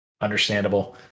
Understandable